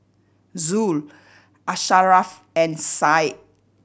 Zul Asharaff and Syah